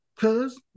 Cause